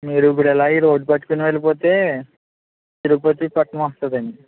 మీరు ఇప్పుడు ఇలా ఈ రోడ్డు పట్టుకుని వెళ్ళిపోతే తిరుపతి పట్నం వస్తుంది అండి